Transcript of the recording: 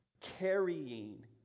carrying